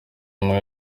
umwe